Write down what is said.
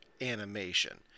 animation